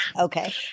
Okay